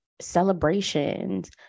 celebrations